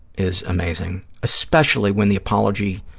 is amazing, especially when the apology